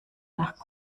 nach